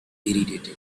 irritated